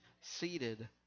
seated